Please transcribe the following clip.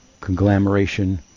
conglomeration